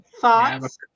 thoughts